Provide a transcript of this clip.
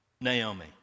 Naomi